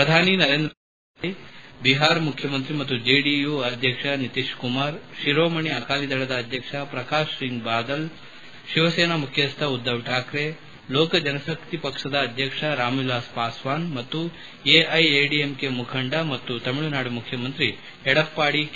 ಪ್ರಧಾನಿ ನರೇಂದ್ರ ಮೋದಿ ಅಲ್ಲದೆ ಬಿಹಾರ ಮುಖ್ಯಮಂತ್ರಿ ಮತ್ತು ಜೆಡಿ ಯು ಅಧ್ಯಕ್ಷ ನಿತೀಶ್ ಕುಮಾರ್ ಶಿರೋಮಣಿ ಆಕಾಲಿ ದಳ ಅಧ್ಯಕ್ಷ ಪ್ರಕಾಶ್ ಸಿಂಗ್ ಬಾದಲ್ ಶಿವಸೇನಾ ಮುಖ್ಯಸ್ವ ಉದ್ದವ್ ಠಾಕ್ರೆ ಲೋಕ ಜನಶಕ್ತಿ ಪಕ್ಷದ ಅಧ್ಯಕ್ಷ ರಾಮ್ವಿಲಾಸ್ ಪಾಸ್ವಾನ್ ಮತ್ತು ಎಐಎಡಿಎಂಕೆ ಮುಖಂಡ ಮತ್ತು ತಮಿಳುನಾಡು ಮುಖ್ಯಮಂತ್ರಿ ಎಡಪ್ಪಾಡಿ ಕೆ